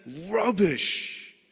rubbish